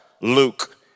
Luke